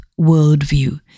worldview